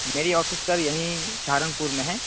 میری office sir یہیں سہارنپور میں ہے